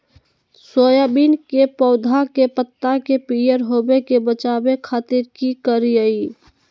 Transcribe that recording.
Soybean के पौधा के पत्ता के पियर होबे से बचावे खातिर की करिअई?